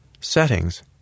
Settings